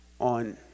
on